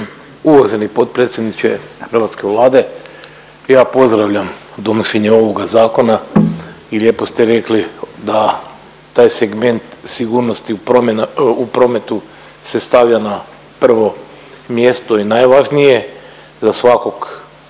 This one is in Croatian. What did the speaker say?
Uvaženi potpredsjedniče hrvatske Vlade, ja pozdravljam donošenje ovoga zakona i lijepo ste rekli da taj segment sigurnosti u prometu se stavlja na prvo mjesto i najvažnije za svakog